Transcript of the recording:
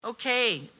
Okay